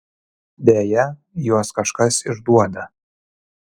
deja juos kažkas išduoda